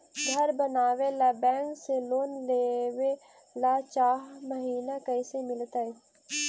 घर बनावे ल बैंक से लोन लेवे ल चाह महिना कैसे मिलतई?